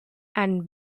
and